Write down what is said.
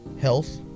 health